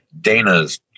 Dana's